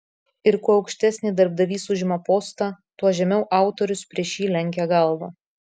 ir kuo aukštesnį darbdavys užima postą tuo žemiau autorius prieš jį lenkia galvą